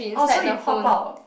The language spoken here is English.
orh so you pop out ah